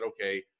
okay